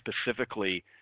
specifically